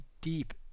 deep